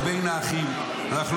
אנחנו,